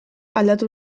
aldatu